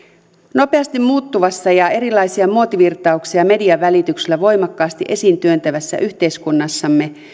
nopeasti muuttuvassa ja erilaisia muotivirtauksia median välityksellä voimakkaasti esiin työntävässä yhteiskunnassamme